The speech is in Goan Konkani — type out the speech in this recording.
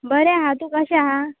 बरें हां तूं कशें हां